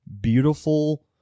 beautiful